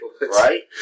Right